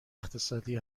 اقتصادی